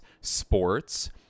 sports